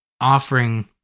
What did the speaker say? offering